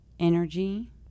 Energy